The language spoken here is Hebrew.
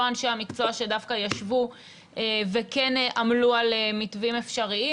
לא אנשי המקצוע שדווקא ישבו וכן עמלו על מתווים אפשריים.